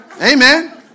Amen